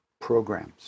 programs